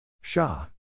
Shah